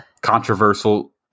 controversial